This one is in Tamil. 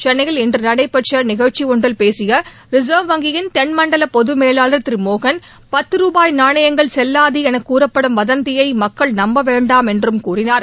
சென்னையில் இன்று நடைபெற்ற நிகழ்ச்சி ஒன்றில் பேசிய ரிசர்வ் வங்கியின் தென்மணடல பொதுமேலாள் திரு மோகன் பத்து ரூபாய் நாணயங்கள் செல்வாது என கூறப்படும் வாந்தியை மக்கள் நம்ப வேண்டாம் என்றும் கூறினார்